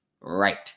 right